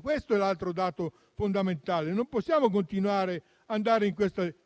Questo è l'altro dato fondamentale. Non possiamo continuare in questa